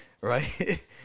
right